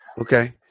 okay